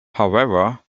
however